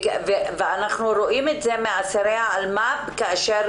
אנחנו רואים את זה אצל אסירים אלמ"ב כאשר